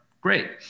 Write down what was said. Great